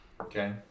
Okay